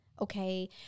okay